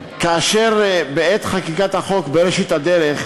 בעת חקיקת החוק, בראשית הדרך,